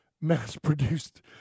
mass-produced